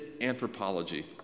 anthropology